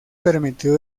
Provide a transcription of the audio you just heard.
permitió